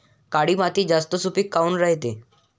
काळी माती जास्त सुपीक काऊन रायते?